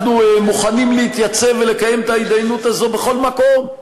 אנחנו מוכנים להתייצב ולקיים את ההתדיינות הזאת בכל מקום.